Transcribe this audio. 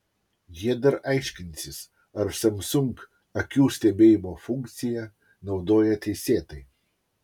jie dar aiškinsis ar samsung akių stebėjimo funkciją naudoja teisėtai